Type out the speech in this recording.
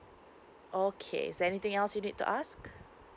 okay is there anything else you need to ask